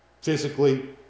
physically